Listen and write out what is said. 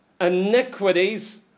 iniquities